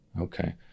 Okay